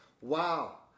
Wow